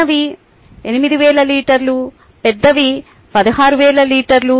చిన్నవి 8000 లీటర్లు పెద్దవి 16000 లీటర్లు